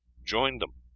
joined them.